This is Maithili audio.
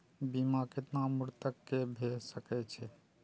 बीमा केतना उम्र तक के भे सके छै?